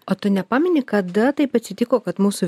o tu nepameni kada taip atsitiko kad mūsų